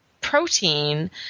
protein